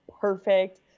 perfect